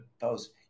post